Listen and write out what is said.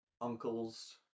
uncle's